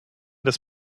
des